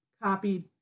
copied